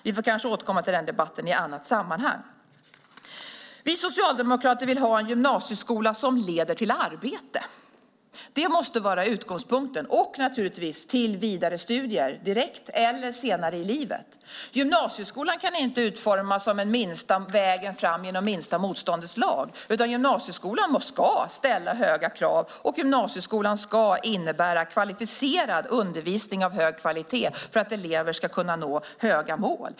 Vi får kanske återkomma till den debatten i ett annat sammanhang. Vi socialdemokrater vill ha en gymnasieskola som leder till arbete. Det måste vara utgångspunkten, och naturligtvis att den leder till vidare studier - direkt eller senare i livet. Gymnasieskolan kan inte utformas som en väg enligt minsta motståndets lag, utan gymnasieskolan ska ställa höga krav. Gymnasieskolan ska också innebära kvalificerad undervisning av hög kvalitet för att elever ska kunna nå höga mål.